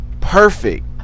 Perfect